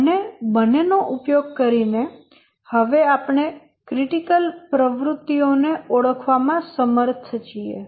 અને બંનેનો ઉપયોગ કરીને હવે આપણે ક્રિટિકલ પ્રવૃત્તિઓને ઓળખવામાં સમર્થ છીએ